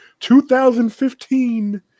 2015